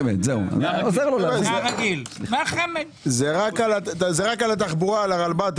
זה רק על התחבורה, על הרלב"ד.